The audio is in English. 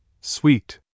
Sweet